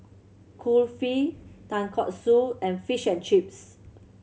Kulfi Tonkatsu and Fish and Chips